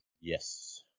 Yes